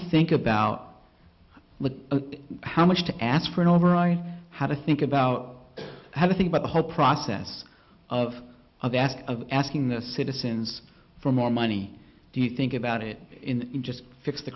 think about how much to ask for an overall how to think about how to think about the whole process of of the ask of asking the citizens for more money do you think about it in just fix the